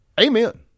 amen